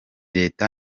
leta